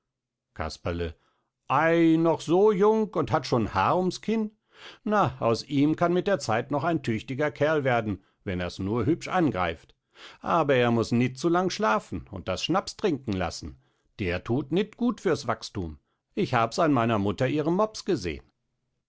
casperle ei noch so jung und hat schon haar ums kinn na aus ihm kann mit der zeit noch ein tüchtiger kerl werden wenn er es nur hübsch angreift aber er muß nit zu lang schlafen und das schnapstrinken laßen der thut nit gut fürs wachsthum ich habs an meiner mutter ihrem mops gesehen